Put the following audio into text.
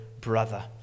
brother